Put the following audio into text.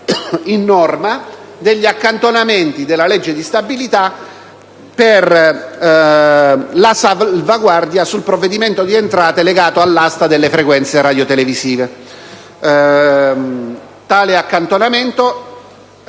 in norma degli accantonamenti della legge di stabilità per la salvaguardia sul provvedimento di entrate legato all'asta delle frequenze radiotelevisive. Tale accantonamento